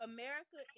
America